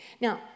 Now